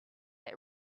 that